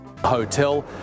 Hotel